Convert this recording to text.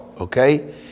okay